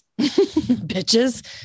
Bitches